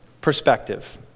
perspective